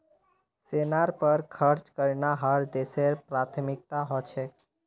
सेनार पर खर्च करना हर देशेर प्राथमिकता ह छेक